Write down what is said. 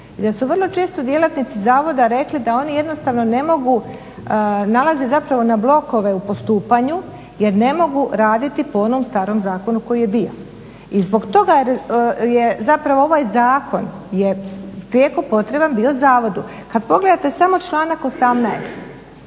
da su vrlo često djelatnici Zavoda rekli da oni jednostavno ne mogu nalaze zapravo na blokove u postupanju jer ne mogu raditi po onom starom zakonu koji je bio. I zbog toga je zapravo ovaj Zakon je prijeko potreban bio Zavodu. Kada pogledate samo Članak 18.,